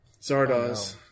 Zardoz